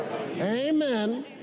Amen